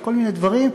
ולכל מיני דברים,